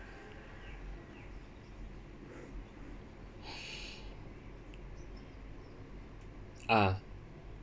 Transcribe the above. ah